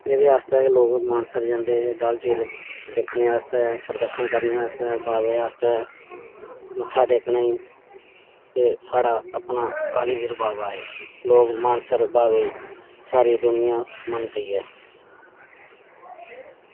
एह्दे आस्तै गै लोग मानसर जंदे डल झील दिक्खनै आस्तै परदक्खन करने आस्तै बावे आस्तै मत्था टेकने गी ते साढ़ा अपना कालीबीर बावा ऐ लोग मानसर बावे ई सारी दुनियां मनदी ऐ